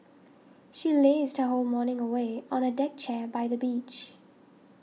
she lazed her whole morning away on a deck chair by the beach